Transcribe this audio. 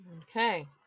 Okay